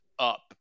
up